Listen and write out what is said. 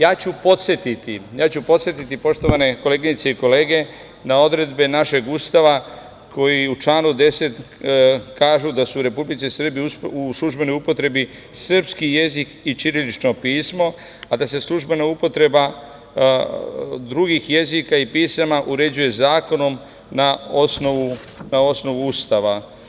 Ja ću podsetiti, poštovane koleginice i kolege, na odredbe našeg Ustava koji u članu 10. kažu da su u Republici Srbiji u službenoj upotrebi srpski jezik i ćirilično pismo, a da se službena upotreba drugih jezika i pisama uređuje zakonom na osnovu Ustava.